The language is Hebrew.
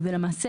למעשה,